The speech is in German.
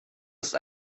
ist